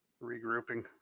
regrouping